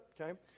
Okay